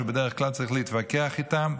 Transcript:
שבדרך כלל צריך להתווכח איתם,